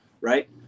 Right